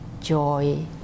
joy